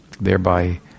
thereby